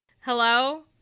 Hello